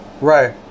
Right